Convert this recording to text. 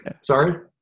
Sorry